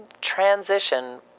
transition